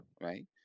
right